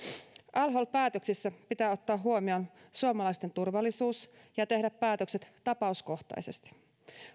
al hol päätöksissä pitää ottaa huomioon suomalaisten turvallisuus ja päätökset tapauskohtaisesti